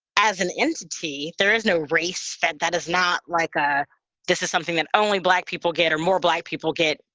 as an entity. there is no race fed that is not like ah this is something that only black people get or more black people get,